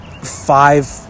five